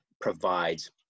provides